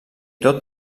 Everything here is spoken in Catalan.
tot